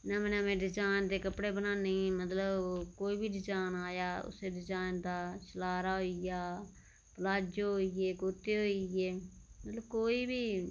नमें नमें डिजाइन दे कपड़े बनाने मतलब ओह् कोई बी डिजाइन नमां आया उस्सै डिजाइन दा छलारा होई गेआ पलाजो होई गे कुर्ते होई गे मतलब कोई बी